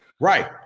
right